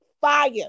fire